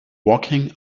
walking